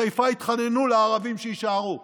בחיפה התחננו לערבים שיישארו.